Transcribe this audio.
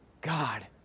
God